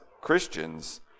Christians